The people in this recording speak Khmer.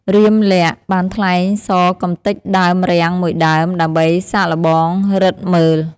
រាមលក្សណ៍បានថ្លែងសរកម្ទេចដើមរាំងមួយដើមដើម្បីសាកល្បងឬទ្ធិមើល។